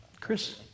Chris